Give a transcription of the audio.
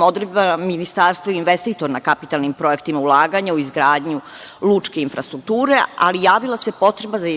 odredbama Ministarstvo je investitor na kapitalnim projektima ulaganja u izgradnju lučke infrastrukture, ali javila se potreba za